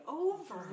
over